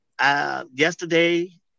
yesterday